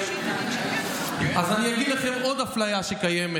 השוויון, אז אני אספר לכם על עוד אפליה שקיימת.